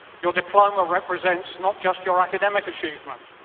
your diploma represents not just your academic achievement,